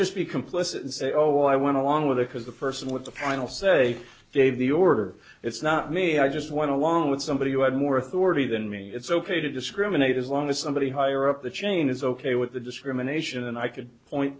just be complicit and say oh i went along with it because the person with the final say gave the order it's not me i just went along with somebody who had more authority than me it's ok to discriminate as long as somebody higher up the chain is ok with the discrimination and i could point